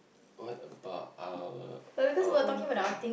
what about our our own plan